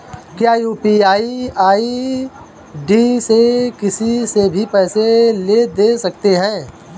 क्या UPI ID से किसी से भी पैसे ले दे सकते हैं?